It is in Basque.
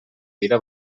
dira